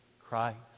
Christ